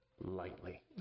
lightly